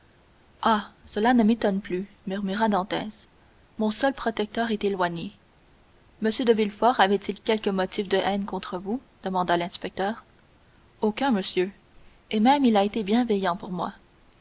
ah cela ne m'étonne plus murmura dantès mon seul protecteur est éloigné m de villefort avait-il quelque motif de haine contre vous demanda l'inspecteur aucun monsieur et même il a été bienveillant pour moi